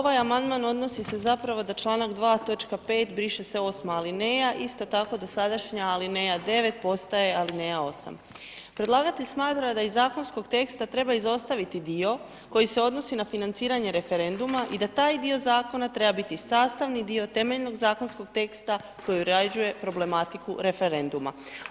Hvala, ovaj amandman odnosi se zapravo da članak 2. točka 5. briše se 8 alineja, isto tako dosadašnja alineja 9 postaje alineja 8. Predlagatelj smatra da iz zakonskog teksta treba izostaviti dio koji se odnosi na financiranje referenduma i da taj dio zakona treba biti sastavni dio temeljnog zakonskog teksta koji uređuje problematiku referenduma.